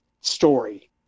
story